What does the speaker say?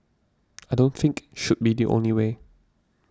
I don't think should be the only way